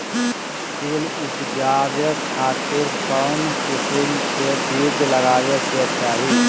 तिल उबजाबे खातिर कौन किस्म के बीज लगावे के चाही?